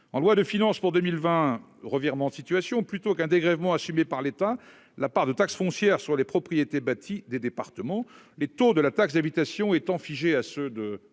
la loi de finances pour 2020, revirement de situation : plutôt qu'un dégrèvement assumé par l'État, le Gouvernement choisit la part de taxe foncière sur les propriétés bâties des départements. Les taux de la taxe d'habitation étant figés à ceux de